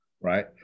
right